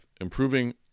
improving